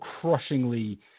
crushingly